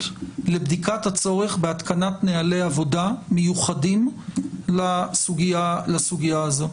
לבדיקת הצורך בהתקנת נהלי עבודה מיוחדים לסוגיה הזו,